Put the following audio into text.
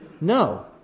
No